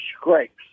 scrapes